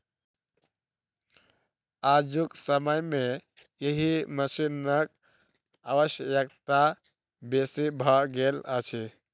आजुक समय मे एहि मशीनक आवश्यकता बेसी भ गेल अछि